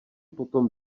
potom